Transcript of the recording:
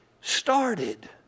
started